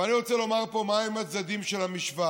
ואני רוצה לומר פה מהם הצדדים של המשוואה.